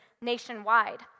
nationwide